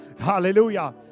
hallelujah